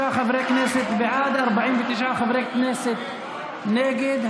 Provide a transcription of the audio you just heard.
53 חברי כנסת בעד, 49 חברי כנסת נגד.